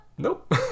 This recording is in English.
Nope